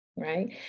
right